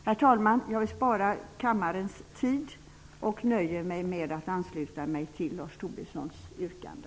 Herr talman! Jag vill spara kammarens tid och nöjer mig med att ansluta mig till Lars Tobissons yrkande.